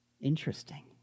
Interesting